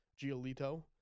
Giolito